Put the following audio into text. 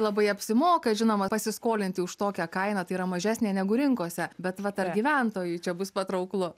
labai apsimoka žinoma pasiskolinti už tokią kainą tai yra mažesnė negu rinkose bet vat ar gyventojui čia bus patrauklu